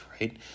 right